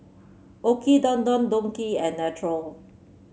OKI Don Don Donki and Naturel